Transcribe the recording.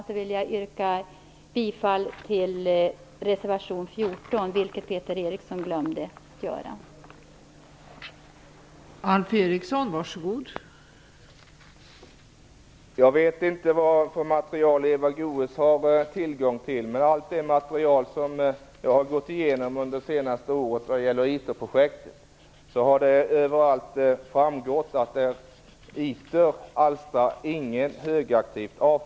I övrigt vill jag yrka bifall till reservation 14, eftersom Peter Eriksson glömde att göra det.